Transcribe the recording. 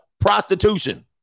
prostitution